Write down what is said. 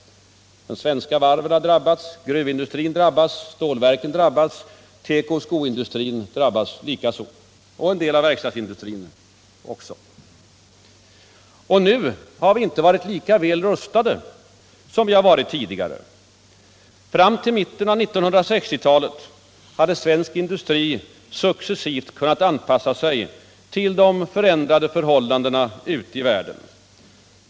De svenska varven, gruvindustrin, stålverken, tekooch skoindustrin har drabbats, liksom en del av verkstadsindustrin. Vi är nu inte lika väl rustade som tidigare. Fram till mitten av 1960-talet hade svensk industri successivt kunnat anpassa sig till förändrade förhållanden på världsmarknaden.